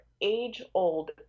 age-old